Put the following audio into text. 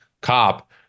cop